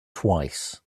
twice